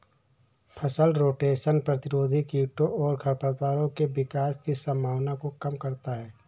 फसल रोटेशन प्रतिरोधी कीटों और खरपतवारों के विकास की संभावना को कम करता है